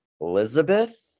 elizabeth